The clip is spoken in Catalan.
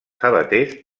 sabaters